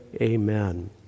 Amen